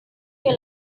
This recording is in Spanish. que